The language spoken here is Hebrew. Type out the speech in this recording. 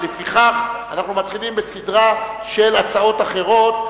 לפיכך אנחנו מתחילים בסדרה של הצעות אחרות.